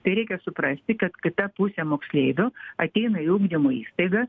tai reikia suprasti kad kita pusė moksleivių ateina į ugdymo įstaigą